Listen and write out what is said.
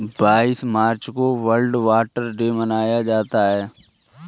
बाईस मार्च को world water day मनाया जाता है